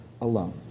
alone